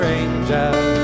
angels